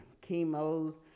chemo